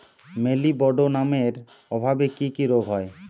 মলিবডোনামের অভাবে কি কি রোগ হয়?